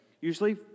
Usually